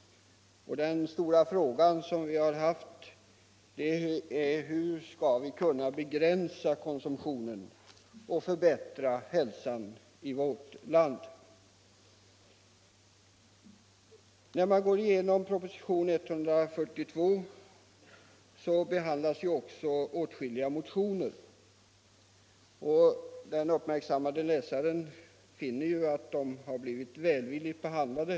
Det stora problemet har varit hur vi skall kunna begränsa konsumtionen och därmed förbättra hälsotillståndet i vårt land. I samband med behandlingen av propositionen 142 har vi också haft att ta ställning till åtskilliga motioner. Den uppmärksamme läsaren av betänkandet finner att dessa motioner blivit välvilligt behandlade.